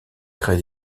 créer